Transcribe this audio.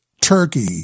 Turkey